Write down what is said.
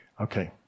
Okay